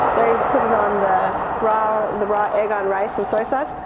they put it on the raw the raw egg on rice and soy sauce,